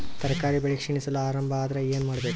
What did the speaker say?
ತರಕಾರಿ ಬೆಳಿ ಕ್ಷೀಣಿಸಲು ಆರಂಭ ಆದ್ರ ಏನ ಮಾಡಬೇಕು?